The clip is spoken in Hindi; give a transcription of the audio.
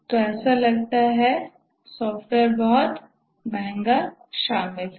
तो ऐसा लगता है सॉफ्टवेयर बहुत महंगा शामिल है